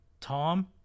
Tom